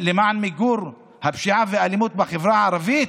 למען מיגור הפשיעה והאלימות בחברה הערבית?